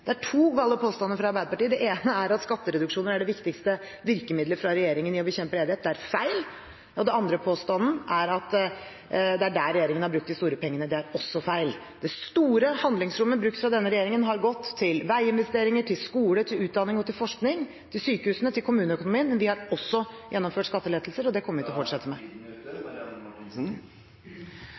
Det er to gale påstander fra Arbeiderpartiet. Den ene er at skattereduksjoner er det viktigste virkemiddelet fra regjeringen i å bekjempe ledighet – det er feil. Den andre påstanden er at det er der regjeringen har brukt de store pengene – det er også feil. Det store handlingsrommet har denne regjeringen brukt til veiinvesteringer, til skole, til utdanning, til forskning, til sykehusene og til kommuneøkonomien, men vi har også gjennomført skattelettelser, og det kommer vi til å fortsette med.